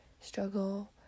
struggle